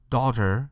Daughter